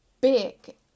big